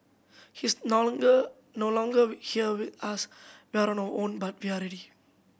he is no longer no longer here with us we are on our own but we are ready